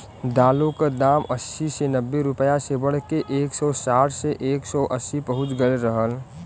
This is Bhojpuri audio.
दालों क दाम अस्सी से नब्बे रुपया से बढ़के एक सौ साठ से एक सौ अस्सी पहुंच गयल रहल